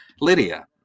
Lydia